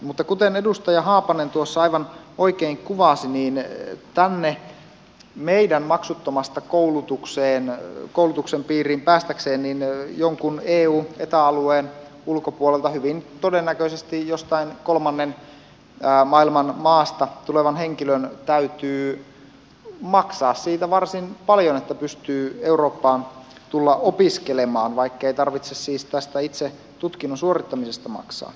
mutta kuten edustaja haapanen tuossa aivan oikein kuvasi tänne meidän maksuttomaan koulutuksen piiriin päästäkseen jonkun eu eta alueen ulkopuolelta hyvin todennäköisesti jostain kolmannen maailman maasta tulevan henkilön täytyy maksaa siitä varsin paljon että pystyy eurooppaan tulemaan opiskelemaan vaikkei tarvitse siis tästä itse tutkinnon suorittamisesta maksaa